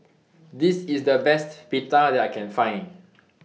This IS The Best Pita that I Can Find